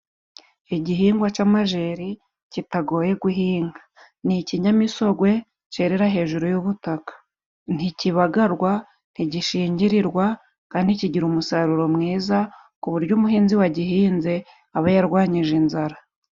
Igihingwa cy'amajeri kitagoye guhinga ni ikinyamisogwe cyerera hejuru y'ubutaka ntikibagarwa ntigishingirirwa kandi kigira umusaruro mwiza ku buryo umuhinzi wagihinze aba yarwanyije inzara.